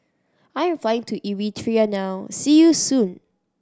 I'm flying to Eritrea now see you soon